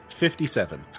57